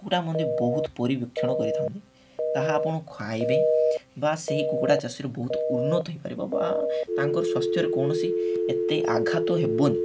କୁକୁଡ଼ା ମଧ୍ୟ ବହୁତ ପରିବେକ୍ଷଣ କରିଥାନ୍ତି ତାହା ଆପଣ ଖାଇବେ ବା ସେହି କୁକୁଡ଼ା ଚାଷରେ ବହୁତ ଉନ୍ନତ ହୋଇପାରିବ ବା ତାଙ୍କର ସ୍ୱାସ୍ଥ୍ୟରେ କୌଣସି ଏତେ ଆଘାତ ହେବନି